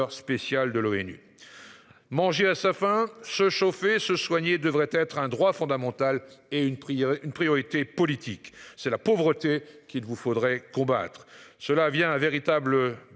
spécial de l'ONU. Manger à sa faim se chauffer, se soigner, devrait être un droit fondamental et une pris une priorité politique c'est la pauvreté qu'il vous faudrait combattre cela vient un véritable